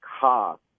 cost